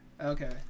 Okay